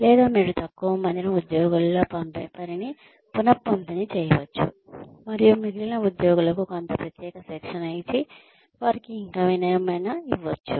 లేదా మీరు తక్కువ మంది ఉద్యోగులలో పనిని పునఃపంపిణీ చేయవచ్చు మరియు మిగిలిన ఉద్యోగులకు కొంత ప్రత్యేక శిక్షణ ఇచ్చి వారికి ఇంకేమైనా ఇవ్వవచ్చు